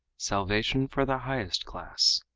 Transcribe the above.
salvation for the highest class